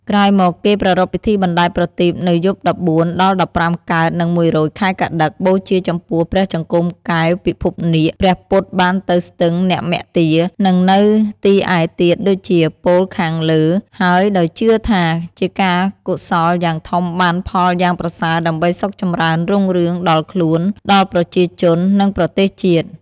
ក្រោយមកគេប្រារព្ធពិធីបណ្ដែតប្រទីបនៅយប់ ១៤ ដល់ ១៥កើត និង ១រោច ខែកត្តិក បូជាចំពោះព្រះចង្កូមកែវពិភពនាគ ព្រះពុទ្ធបានទៅស្ទឹងនម្មទា និងនៅទីឯទៀតដូចជាពោលខាងលើហើយដោយជឿថាជាការកុសលយ៉ាងធំបានផលយ៉ាងប្រសើរដើម្បីសុខចំរើនរុងរឿងដល់ខ្លួនដល់ប្រជាជន និងប្រទេសជាតិ។